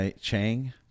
Chang